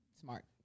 smart